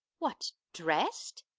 what, dress'd!